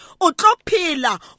Otopila